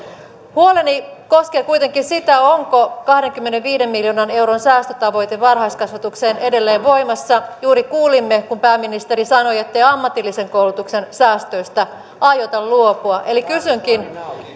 huoleni koskee kuitenkin sitä onko kahdenkymmenenviiden miljoonan euron säästötavoite varhaiskasvatukseen edelleen voimassa juuri kuulimme kun pääministeri sanoi ettei ammatillisen koulutuksen säästöistä aiota luopua eli kysynkin